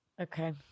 Okay